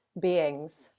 beings